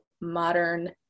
modern